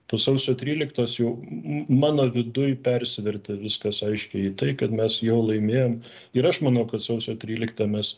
po sausio tryliktos jau mano viduj persivertė viskas aiškiai į tai kad mes jau laimėjom ir aš manau kad sausio tryliktą mes